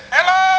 Hello